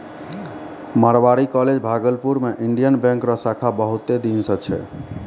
Marwari college Bhagalpur मे Indian bank रो शाखा बहुत दिन से छै